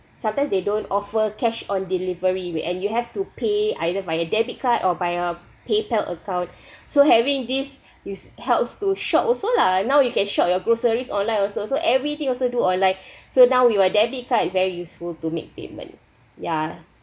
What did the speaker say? sometimes they don't offer cash on delivery we and you have to pay either via debit card or via paypal account so having this is helps to shop also lah now you can shop your groceries online also so everything also do online so now with a debit card is very useful to make payment ya